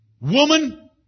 woman